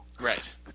Right